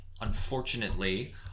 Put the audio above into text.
Unfortunately